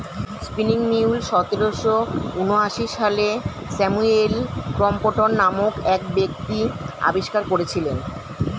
spinning mule সতেরোশো ঊনআশি সালে স্যামুয়েল ক্রম্পটন নামক এক ব্যক্তি আবিষ্কার করেছিলেন